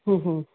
ਹਮ ਹਮ